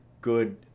good